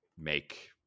make